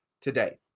today